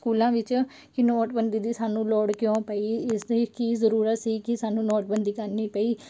ਸਕੂਲਾਂ ਵਿੱਚ ਕਿ ਨੋਟਬੰਦੀ ਦੀ ਸਾਨੂੰ ਲੋੜ ਕਿਉਂ ਪਈ ਇਸ ਦੀ ਕੀ ਜ਼ਰੂਰਤ ਸੀ ਕਿ ਸਾਨੂੰ ਨੋਟਬੰਦੀ ਕਰਨੀ ਪਈ